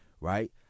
right